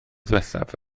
ddiwethaf